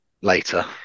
later